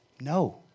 No